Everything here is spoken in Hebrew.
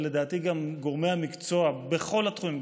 ולדעתי גם גורמי המקצוע בכל התחומים,